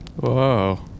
Whoa